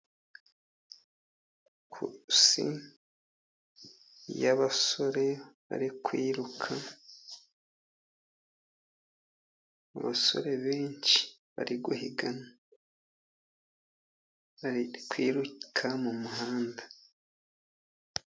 Kurusi isi y'abasore bari kwiruka, abasore benshi bari kwiruka mu muhanda.